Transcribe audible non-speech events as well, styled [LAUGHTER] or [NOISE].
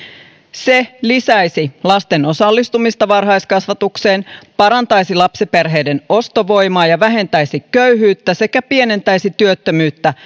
se lisäisi lasten osallistumista varhaiskasvatukseen parantaisi lapsiperheiden ostovoimaa ja vähentäisi köyhyyttä sekä pienentäisi työttömyyttä [UNINTELLIGIBLE]